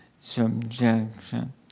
subjection